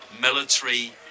military